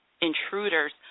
intruders